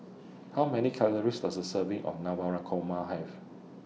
How Many Calories Does A Serving of Navratan Korma Have